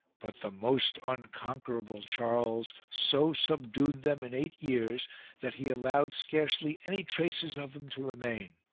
but the most unconquerable charles so subdued them in eight years that he allowed scarcely any traces of them to remain.